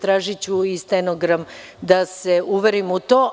Tražiću i stenogram da se uverim u to.